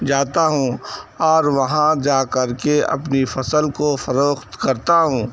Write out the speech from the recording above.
جاتا ہوں اور وہاں جا کر کے اپنی فصل کو فروخت کرتا ہوں